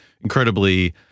incredibly